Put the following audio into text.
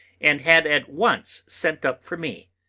and had at once sent up for me.